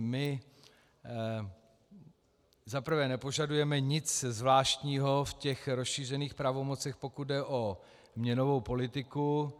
My za prvé nepožadujeme nic zvláštního v těch rozšířených pravomocech, pokud jde o měnovou politiku.